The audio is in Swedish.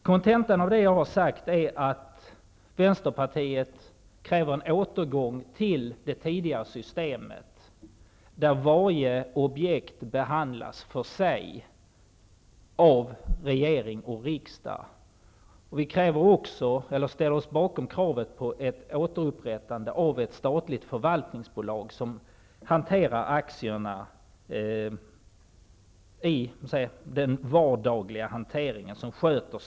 Kontentan av det jag har sagt är att Vänsterpartiet kräver en återgång till det tidigare systemet, där varje objekt behandlas för sig av regering och riksdag. Vi ställer oss bakom kravet på ett återupprättande av ett statligt förvaltningsbolag som hanterar aktierna och statens ägande i den vardagliga delen.